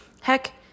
Heck